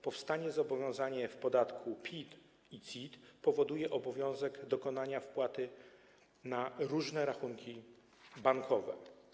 Powstanie zobowiązania w podatku PIT i CIT powoduje obowiązek dokonania wpłaty na różne rachunki bankowe.